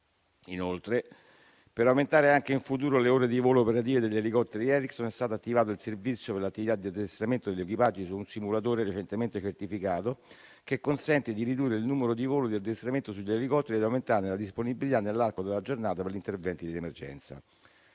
Inoltre, per aumentare anche in futuro le ore di volo operative degli elicotteri Erickson, è stato attivato il servizio per l'attività di addestramento degli equipaggi su un simulatore recentemente certificato, che consente di ridurre il numero di voli di addestramento sugli elicotteri ed aumentarne la disponibilità nell'arco della giornata per gli interventi di emergenza.